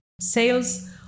Sales